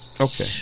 Okay